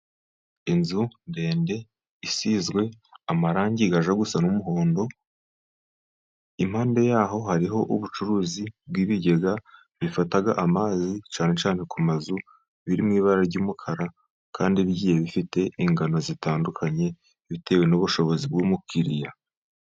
Inzu ndende isizwe amarangi ajya gusa n' umuhondo, impande yaho hariho ubucuruzi bw' ibigega bifata amazi cyane cyane ku mazu, biri mu ibara ry' umukara kandi bigiye bifite ingano zitandukanye bitewe n' ubushobozi bw' umukiriya.